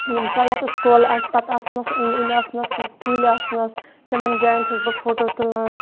ییٚمہِ ساتہٕ یَتَس کۄل آسہِ پَتہٕ آسنَس أنٛدۍ أنٛدۍ آسنَس کُلۍ آسنَس تِمَن جایَن چھَس بہٕ فوٹو تُلان